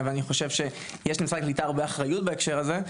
ואני חושב שיש למשרד הקליטה הרבה אחריות בהקשר הזה,